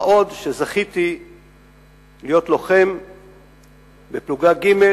מה עוד שזכיתי להיות לוחם בפלוגה ג',